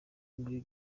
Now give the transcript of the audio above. muri